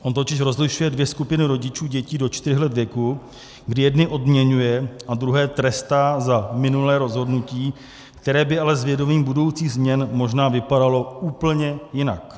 On totiž rozlišuje dvě skupiny rodičů dětí do čtyř let věku, kdy jedny odměňuje a druhé trestá za minulé rozhodnutí, které by ale s vědomím budoucím změn možná vypadalo úplně jinak.